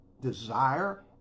desire